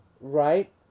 Right